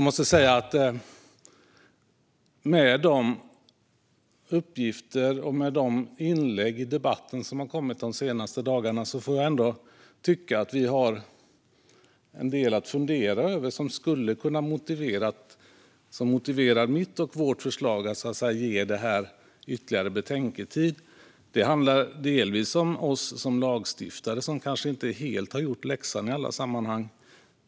Med de uppgifter och inlägg i debatten som har kommit de senaste dagarna tycker jag att vi har en del att fundera över. Det skulle kunna motivera mitt och vårt förslag, det vill säga att ge det här ytterligare betänketid. Det handlar delvis om oss som lagstiftare. Vi har kanske inte helt gjort vår läxa i alla sammanhang.